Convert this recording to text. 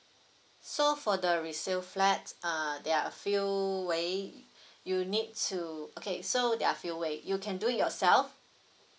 so for the resale flat uh there are a few way you need to okay so there are few way you can do it yourself